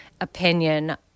opinion